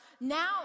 now